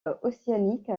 océanique